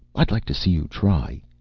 i'd like to see you try.